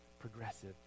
progressive